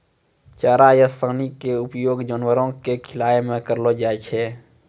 चारा या सानी के उपयोग जानवरों कॅ खिलाय मॅ करलो जाय छै